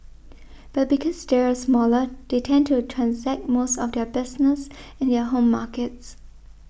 but because they are smaller they tend to transact most of their business in their home markets